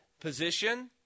position